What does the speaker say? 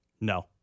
No